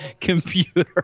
Computer